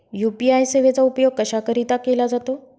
UPI सेवेचा उपयोग कशाकरीता केला जातो?